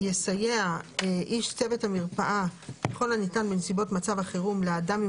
יסייע איש צוות המרפאה ככל הניתן בנסיבות מצב החירום לאדם עם